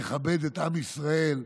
תכבד את עם ישראל.